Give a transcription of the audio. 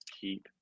keep